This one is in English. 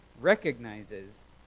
recognizes